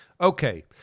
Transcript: Okay